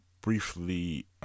briefly